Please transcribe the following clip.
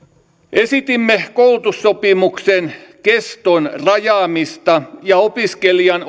esitimme koulutussopimuksen keston rajaamista ja opiskelijan